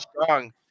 strong